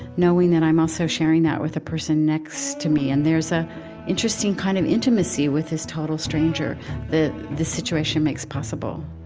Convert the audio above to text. knowing that i'm also sharing that with a person next to me? and there's an ah interesting kind of intimacy with this total stranger that the situation makes possible.